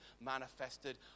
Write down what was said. manifested